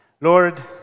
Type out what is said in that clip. Lord